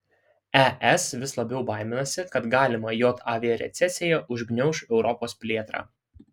es vis labiau baiminasi kad galima jav recesija užgniauš europos plėtrą